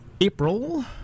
April